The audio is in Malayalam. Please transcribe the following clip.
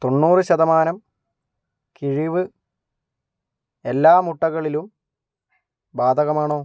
തൊണ്ണൂറ് ശതമാനം കിഴിവ് എല്ലാ മുട്ടകളിലും ബാധകമാണോ